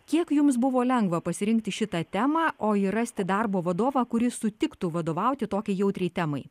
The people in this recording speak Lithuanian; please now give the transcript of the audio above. kiek jums buvo lengva pasirinkti šitą temą o ir rasti darbo vadovą kuris sutiktų vadovauti tokiai jautriai temai